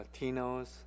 Latinos